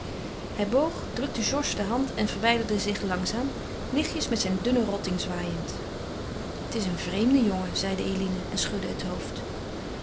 hij boog drukte georges de hand en verwijderde zich langzaam lichtjes met zijn dunnen rotting zwaaiend het is een vreemde jongen zeide eline en schudde het hoofd